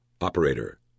operator